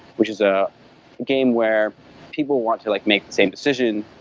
which is a game where people want to like make the same decision,